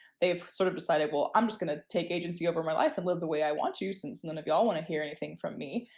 they've sort of decided well i'm just gonna take agency over my life and live the way i want you since none of y'all want to hear anything from me.